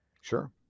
Sure